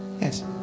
Yes